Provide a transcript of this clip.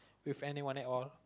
with anyone at all